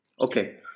Okay